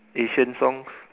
asian songs